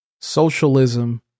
socialism